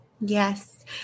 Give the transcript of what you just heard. Yes